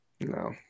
No